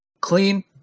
clean